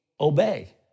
obey